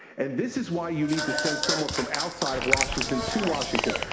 and this is why you need to send someone from outside of washington to washington.